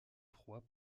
froids